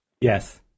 Yes